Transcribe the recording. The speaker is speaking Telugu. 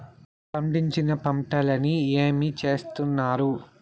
పండించిన పంటలని ఏమి చేస్తున్నారు?